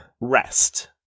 rest